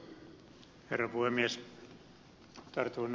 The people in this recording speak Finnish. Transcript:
tartun ed